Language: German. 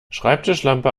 schreibtischlampe